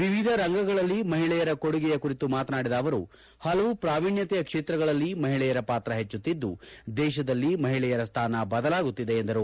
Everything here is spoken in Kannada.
ವಿವಿಧ ರಂಗಗಳಲ್ಲಿ ಮಹಿಳೆಯರ ಕೊಡುಗೆಯ ಕುರಿತು ಮಾತನಾಡಿದ ಅವರು ಪಲವು ಪ್ರಾವಿಣ್ಯತೆಯ ಕ್ಷೇತ್ರಗಳಲ್ಲಿ ಮಹಿಳೆಯರ ಪಾತ್ರ ಹೆಚ್ಚುತ್ತಿದ್ದು ದೇಶದಲ್ಲಿ ಮಹಿಳೆಯರ ಸ್ದಾನ ಬದಲಾಗುತ್ತಿದೆ ಎಂದರು